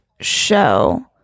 show